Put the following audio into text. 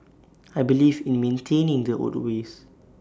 I believe in maintaining the old ways